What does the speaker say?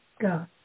go